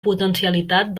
potencialitat